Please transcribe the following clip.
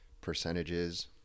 percentages